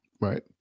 Right